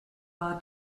war